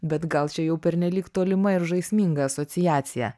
bet gal čia jau pernelyg tolima ir žaisminga asociacija